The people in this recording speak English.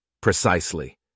Precisely